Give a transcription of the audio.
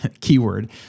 keyword